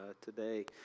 today